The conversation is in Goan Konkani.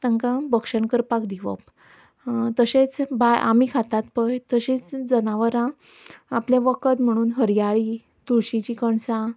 तांकां करपाक दिवप तशेंच आमी खातात पळय तशींच जनावरां आपलें वखद म्हणून हरयाळी तुळशीचीं कणसां